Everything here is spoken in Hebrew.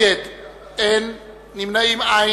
אין מתנגדים ואין נמנעים.